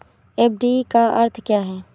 FD का अर्थ क्या है?